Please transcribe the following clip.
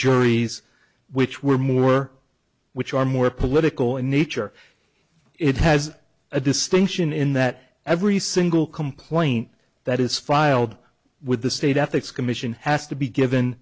juries which were more which are more political in nature it has a distinction in that every single complaint that is filed with the state ethics commission has to be given